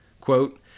quote